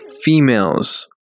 females